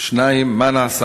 2. מה נעשה